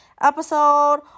episode